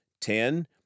Ten